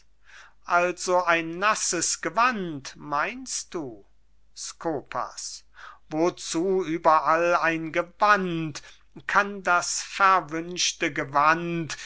also ein nasses gewand meinst du skopas wozu überall ein gewand kann das verwünschte gewand